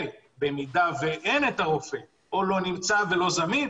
במידה ואין רופא או שהוא לא נמצא או לא זמין,